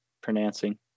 pronouncing